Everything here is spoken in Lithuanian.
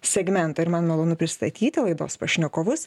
segmento ir man malonu pristatyti laidos pašnekovus